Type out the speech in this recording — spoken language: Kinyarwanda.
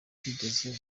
utarigeze